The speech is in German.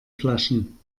flaschen